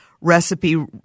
recipe